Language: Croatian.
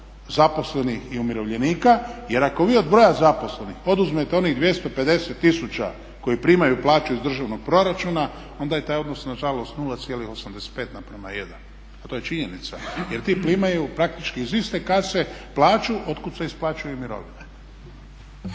zaposlenih i umirovljenika. Jer ako vi od broja zaposlenih oduzmete onih 250 tisuća koji primaju plaću iz državnog proračuna, onda je taj odnos na žalost 0,85:1. A to je činjenica, jer ti primaju praktički iz iste kase plaću od kud se isplaćuju i mirovine.